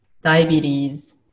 diabetes